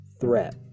threat